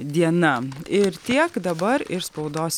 diena ir tiek dabar iš spaudos